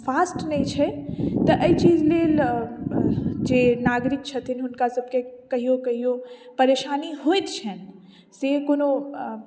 fast नहि छै तऽ एहि चीज लेल जे नागरिक छथिन हुनकासभके कहिओ कहिओ परेशानी होइत छनि से कोनो